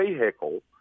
vehicle